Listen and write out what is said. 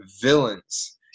villains